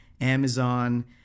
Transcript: Amazon